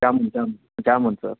ಜಾಮೂನು ಜಾಮ್ ಜಾಮೂನು ಸರ್